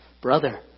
Brother